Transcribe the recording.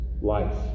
life